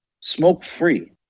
smoke-free